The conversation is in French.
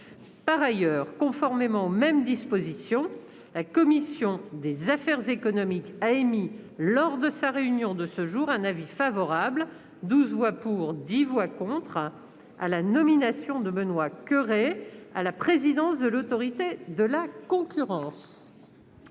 Par ailleurs, conformément aux mêmes dispositions, la commission des affaires économiques a émis, lors de sa réunion de ce jour, un avis favorable- 12 voix pour, 10 voix contre -à la nomination de M. Benoît Coeuré à la présidence de l'Autorité de la concurrence.